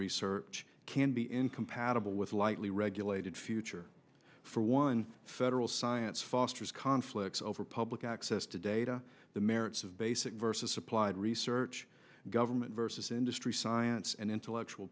research can be incompatible with lightly regulated future for one federal science fosters conflicts over public access to data the merits of basic versus applied research government versus industry science and intellectual